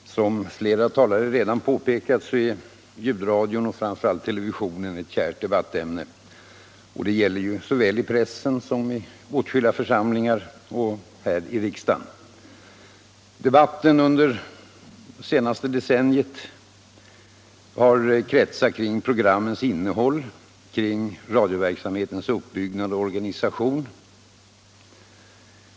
Herr talman! Som flera talare redan har påpekat är ljudradion och framför allt televisionen ett kärt debattämne såväl i pressen som i åtskilliga församlingar och här i riksdagen. Debatten under det senaste decenniet har kretsat kring programmens innehåll, kring radioverksamhetens uppbyggnad och organisation.